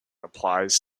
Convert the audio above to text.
applies